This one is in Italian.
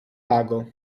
lago